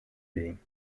being